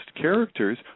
characters